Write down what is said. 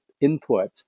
input